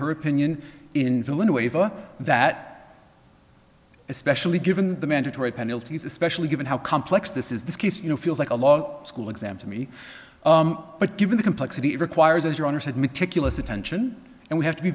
her opinion in finland a waiver that especially given the mandatory penalties especially given how complex this is this case you know feels like a law school exam to me but given the complexity it requires as your honor said meticulous attention and we have to be